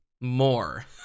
more